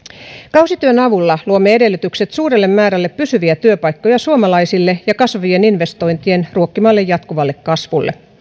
kausityön avulla luomme edellytykset suurelle määrälle pysyviä työpaikkoja suomalaisille ja kasvavien investointien ruokkimalle jatkuvalle kasvulle